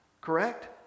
Correct